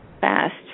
fast